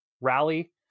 rally